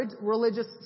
religious